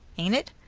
an't it?